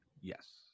yes